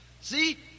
See